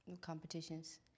competitions